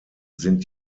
sind